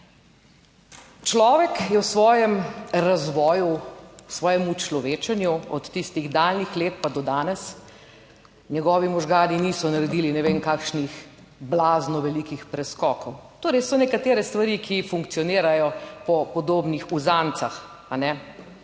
Človek je v svojem razvoju, v svojem učlovečenju, od tistih daljnih let pa do danes, njegovi možgani niso naredili ne vem kakšnih blazno velikih preskokov. Torej so nekatere stvari, ki funkcionirajo po podobnih uzancah, a ne,